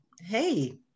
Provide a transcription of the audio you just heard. Hey